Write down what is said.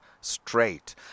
straight